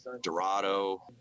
dorado